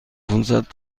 پانصد